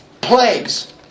plagues